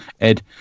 ed